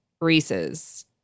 Reese's